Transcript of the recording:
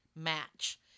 Match